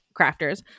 crafters